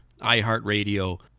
iHeartRadio